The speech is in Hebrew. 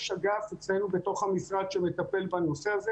יש אגף אצלנו בתוך המשרד שמטפל בנושא הזה